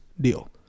deal